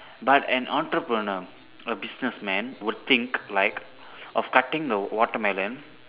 but an entrepreneur a business man would think like of cutting the watermelon